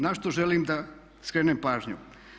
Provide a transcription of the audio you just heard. Na što želim da skrenem pažnju.